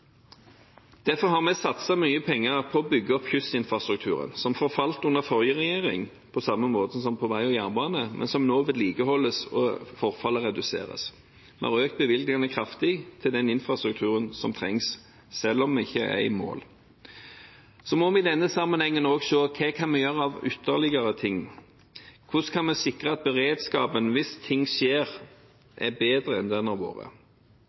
Derfor har vi satset mye penger på å bygge opp kystinfrastrukturen, som forfalt under den forrige regjeringen, på samme måte som vei og jernbane, men som nå vedlikeholdes for å redusere forfallet. Vi har økt bevilgningene kraftig til den infrastrukturen som trengs, selv om vi ikke er i mål. Vi må i denne sammenhengen også se på hva vi ytterligere kan gjøre. Hvordan kan vi sikre at beredskapen, hvis noe skjer, er bedre enn det den har vært?